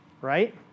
right